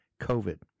COVID